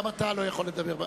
גם אתה לא יכול לדבר,